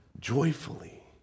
joyfully